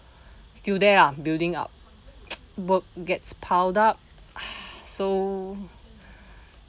still there lah building up work gets piled up so